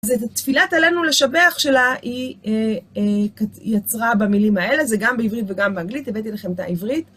אז את תפילת עלינו לשבח שלה, היא יצרה במילים האלה, זה גם בעברית וגם באנגלית, הבאתי לכם את העברית.